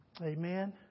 Amen